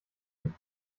und